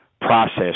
process